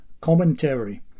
commentary